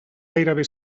gairebé